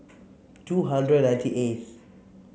two hundred ninety eighth